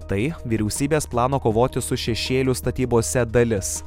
tai vyriausybės plano kovoti su šešėliu statybose dalis